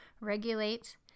regulate